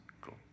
Cool